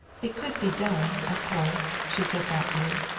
it could be done, of course, she said, thoughtfully.